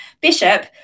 Bishop